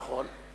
נכון.